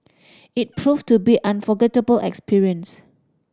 it proved to be an unforgettable experience